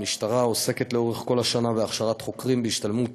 המשטרה עוסקת לאורך כל השנה בהכשרת חוקרים בהשתלמות